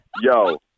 yo